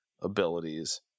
abilities